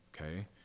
okay